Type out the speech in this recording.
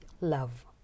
love